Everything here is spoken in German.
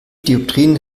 dioptrien